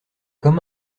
comme